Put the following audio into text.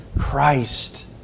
Christ